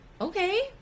okay